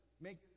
make